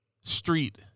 Street